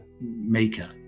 maker